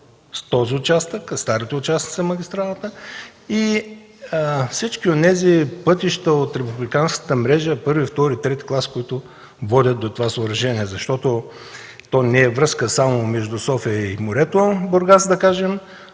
този участък, а старите участъци на магистралата и всички онези пътища от републиканската мрежа – първи, втори и трети клас, които водят до това съоръжение, защото то не е връзка само между София и морето, а това